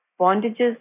bondages